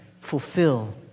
fulfill